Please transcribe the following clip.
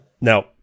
Now